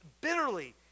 bitterly